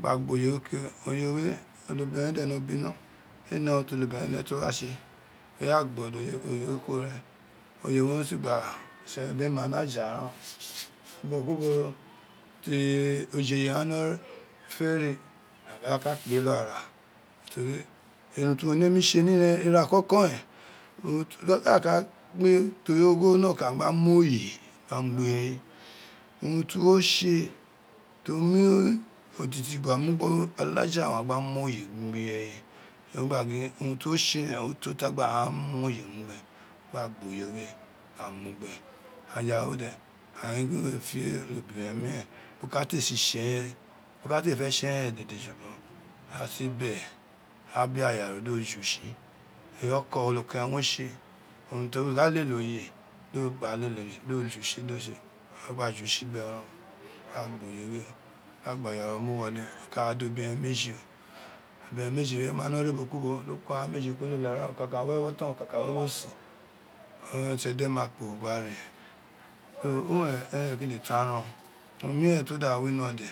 Gba gba oye we ke oye we olo biren we de nọ, bonọ éé ne urun ti olobiren we ne to wa tse, oya gba oye we kuro ren, oye we o si gba tse edeina ni aja ren bokubo ti ojoye gha no fe re, aghan wa ka kpe luara ten urun ti wo nemi tse ni ira kọkọ ren àà ka teri ogho nokan gba mu oye gba mu gbe ireye urun ti wo tse to mi odidi gbola ja owun gba mu oye gbe ireye o wun léghé gin urun ti o tse ren o to ta wa gba mu oye mu gbe owun a gba gbo ye we a ka mu gbe. aya we de o gin wéé fe onobiren miren, bo ka te si tse eren bo ka te fe tse eren jubogho, da si be a be ayia ro dọ juts eyi ọkọ ọlọkenen wo tse urun to ka lele oye do gba lele oye gba lele oye do jutsi dọ tse, o gba oye we o ka gbà aya ro mi woli o ka ra da obiren meji, ebiren meji wè o ma no re abo ki ubo do ko aghan meji wè ko lele ara, ikan ka we enọtọn oken ka wi ewo sin, eren urun di edema kporo gba ren so uwèrè eren kele fan ren o, urun miren to da io nọ de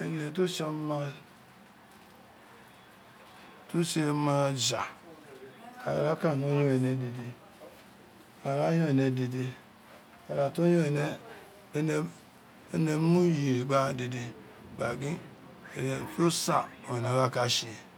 ene to tse ọma, ta tse oman ajoi ara ku mo. Yon ene dede, ara yọn ene dede, ara to yọn éné éré mu ufiri gbe aghan dede gba gin urun to san uwin ene wa ka tse.